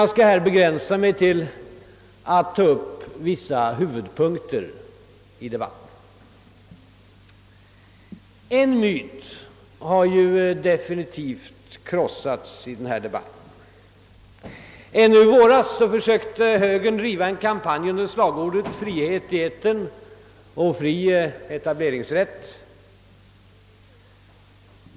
Jag skall här begränsa mig till att ta upp vissa huvudpunkter i debatten. En myt har ju definitivt avlivats i denna debatt. ännu i våras försökte högern driva en kampanj under slagorden »frihet i etern och fri etableringsrätt».